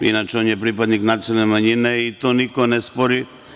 Inače, on je pripadnik nacionalne manjine i to niko ne spori.